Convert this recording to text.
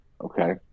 okay